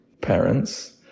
parents